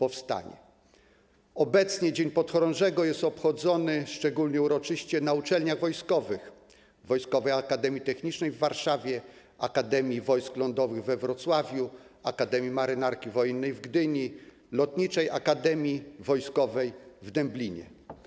Obecnie Dzień Podchorążego jest obchodzony szczególnie uroczyście na uczelniach wojskowych: Wojskowej Akademii Technicznej w Warszawie, Akademii Wojsk Lądowych we Wrocławiu, Akademii Marynarki Wojennej w Gdyni, Lotniczej Akademii Wojskowej w Dęblinie.